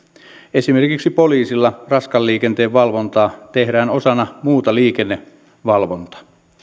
esimerkiksi poliisilla raskaan liikenteen valvontaa tehdään osana muuta liikennevalvontaa